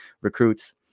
recruits